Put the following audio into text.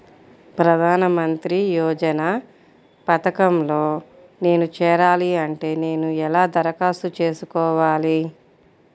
ప్రధాన మంత్రి యోజన పథకంలో నేను చేరాలి అంటే నేను ఎలా దరఖాస్తు చేసుకోవాలి?